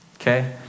Okay